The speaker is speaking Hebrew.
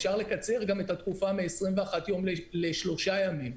אפשר לקצר גם את התקופה מ-21 יום לשלושה ימים.